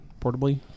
portably